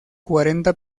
cuarenta